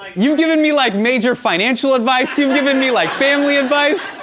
you've given me, like, major financial advice. you've given me, like, family advice.